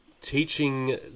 teaching